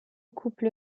couple